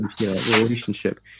relationship